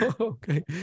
Okay